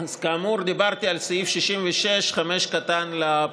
אז כאמור, דיברתי על סעיף 66(5) לפקודה.